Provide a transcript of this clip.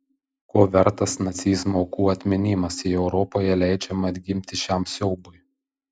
ko vertas nacizmo aukų atminimas jei europoje leidžiama atgimti šiam siaubui